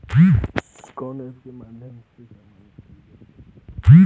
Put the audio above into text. कवना ऐपके माध्यम से हम समान खरीद सकीला?